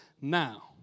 now